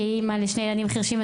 כאימא לשני ילדים חירשים,